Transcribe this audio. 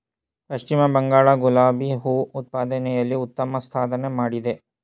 ಪಶ್ಚಿಮ ಬಂಗಾಳ ಗುಲಾಬಿ ಹೂ ಉತ್ಪಾದನೆಯಲ್ಲಿ ಉತ್ತಮ ಸಾಧನೆ ಮಾಡಿದೆ